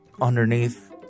underneath